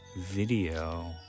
video